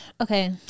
Okay